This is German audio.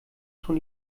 schon